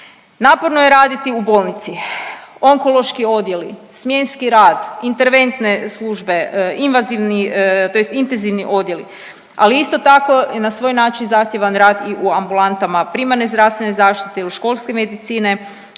Naporno je raditi u bolnici, onkološki odjeli, smjenski rad, interventne službe, invazivni tj. intenzivni odjeli, ali isto tako je i na svoj način zahtjevan rad i u ambulantama primarne zdravstvene zaštite i školske medicine,